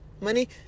money